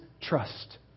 trust